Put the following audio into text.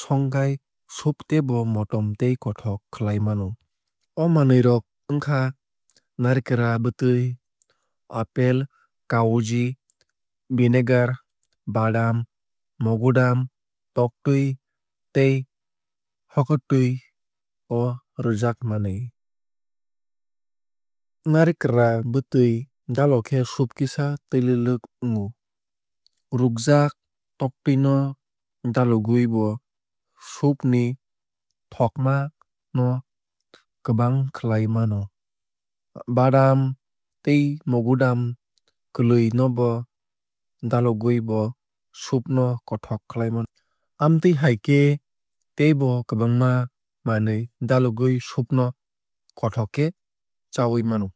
songkhai soup teibo motom tei kothok khlai mano. O manwui rok wngkha narikra bwtwui apple kaoji vinegar badam mogodam toktui tei hokutwui o rwjak manwui. Narikra bwtwui dalogkhe soup kisa twuilwluk ongo. Rukjak toktwui no dalogwui bo soup ni thokma no kwbang khlai mano. Badam tei mogodam kwlwui nobo dalogwui bo soup no kothok khlai mano. Amtwui hai khe teibo kwbangma manwui dalogwui soup no kothok khe chawui mano.